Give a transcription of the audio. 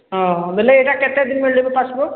ହଁ ବେଲେ ଏଇଟା କେତେ ଦିନ ମିଳିବ ପାସବୁକ୍